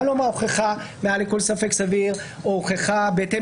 הוכחה מעל לכל ספק סביר או הוכחה בהתאם